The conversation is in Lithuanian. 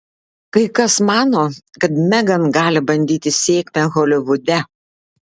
kai kas mano kad megan gali bandyti sėkmę holivude